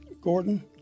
Gordon